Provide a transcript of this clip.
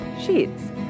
sheets